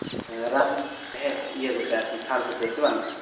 ᱦᱮᱸ ᱨᱟᱱ ᱨᱮᱦᱮᱫ ᱤᱭᱟᱹ ᱠᱚᱛᱮ ᱟᱨᱠᱤ ᱪᱷᱟᱞ ᱠᱚᱛᱮ ᱥᱮ ᱵᱟᱝ